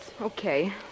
Okay